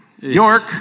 York